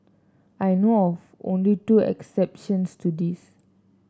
I know of only two exceptions to this